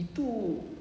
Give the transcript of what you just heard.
itu